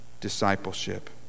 discipleship